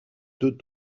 deux